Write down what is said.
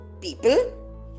people